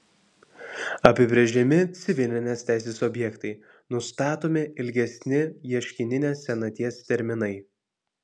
apibrėžiami civilinės teisės objektai nustatomi ilgesni ieškininės senaties terminai